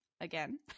Again